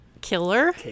killer